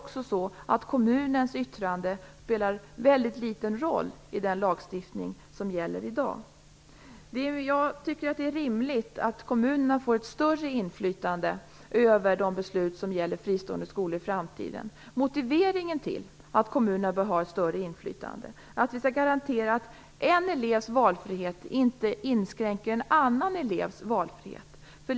Kommunens yttrande spelar också väldigt liten roll i den lagstiftning som gäller i dag. Jag tycker att det är rimligt att kommunerna får ett större inflytande över de beslut som gäller fristående skolor i framtiden. Motiveringen till att kommunerna bör ha ett större inflytande är att vi skall garantera att en elevs valfrihet inte inskränker en annan elevs valfrihet.